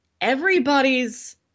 everybody's